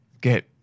get